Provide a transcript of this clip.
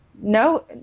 No